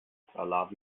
tralavi